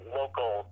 local